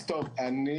אז אני